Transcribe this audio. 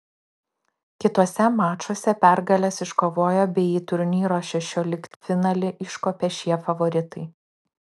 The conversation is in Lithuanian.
kituose mačuose pergales iškovojo bei į į turnyro šešioliktfinalį iškopė šie favoritai